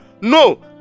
no